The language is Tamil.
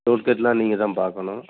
டோல்கேட்டெலாம் நீங்கள் தான் பார்க்கணும்